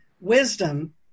wisdom